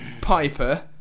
Piper